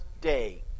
day